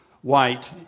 white